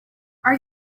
are